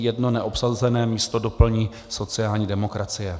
Jedno neobsazené místo doplní sociální demokracie.